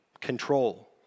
Control